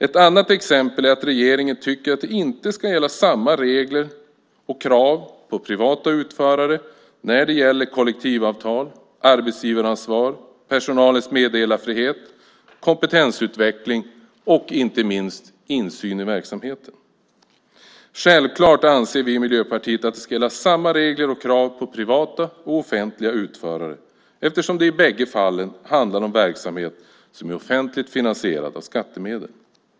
Ett annat exempel är att regeringen tycker att det inte ska vara samma regler och krav som gäller för privata utförare när det handlar om kollektivavtal, arbetsgivaransvar, personalens meddelarfrihet, kompetensutveckling och insyn i verksamheten. Självfallet anser vi i Miljöpartiet att det ska vara samma regler och krav som gäller för privata och offentliga utförare eftersom det i bägge fallen handlar om verksamhet som är offentligt finansierad av skattemedel.